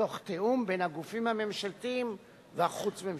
תוך תיאום בין הגופים הממשלתיים והחוץ-ממשלתיים.